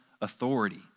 authority